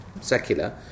secular